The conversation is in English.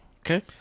Okay